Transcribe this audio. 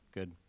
Good